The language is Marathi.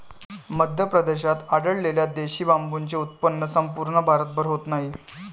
मध्य प्रदेशात आढळलेल्या देशी बांबूचे उत्पन्न संपूर्ण भारतभर होत नाही